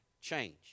change